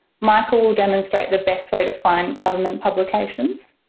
michael will demonstrate the best way to find government publications.